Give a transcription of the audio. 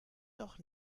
doch